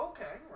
Okay